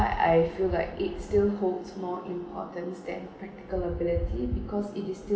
I feel like it still holds more importance than practical ability because it is